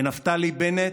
ונפתלי בנט?